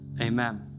Amen